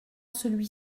celui